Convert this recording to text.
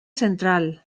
central